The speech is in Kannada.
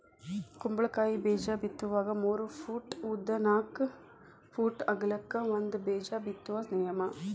ಕುಂಬಳಕಾಯಿ ಬೇಜಾ ಬಿತ್ತುವಾಗ ಮೂರ ಪೂಟ್ ಉದ್ದ ನಾಕ್ ಪೂಟ್ ಅಗಲಕ್ಕ ಒಂದ ಬೇಜಾ ಬಿತ್ತುದ ನಿಯಮ